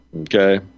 Okay